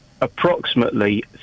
approximately